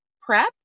prep